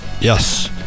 Yes